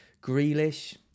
Grealish